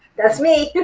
that's me.